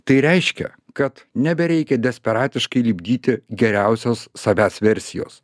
tai reiškia kad nebereikia desperatiškai lipdyti geriausios savęs versijos